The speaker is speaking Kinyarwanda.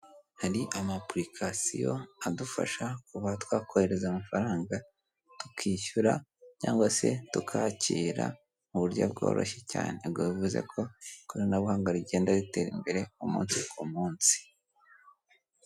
Hari amapurikasiyo adufasha kuba twakohereza amafaranga, tukishyura cyangwa se tukakira mu buryo bworoshye cyane, ibyo bivuze ko ikoranabuhanga rigenda ritera imbere umunsi ku munsi.